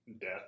death